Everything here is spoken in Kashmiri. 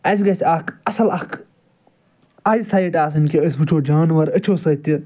اَسہِ گَژھِ اکھ اصٕل اکھ آی سایٹ آسٕنۍ کہِ أسۍ وٕچھو جانوَر أچھو سۭتۍ تہِ